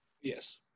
Yes